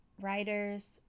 writers